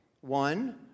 One